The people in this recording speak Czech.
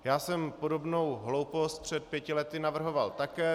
Já jsem podobnou hloupost před pěti lety navrhoval také.